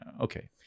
Okay